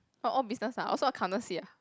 orh all business ah also accountancy ah`